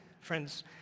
friends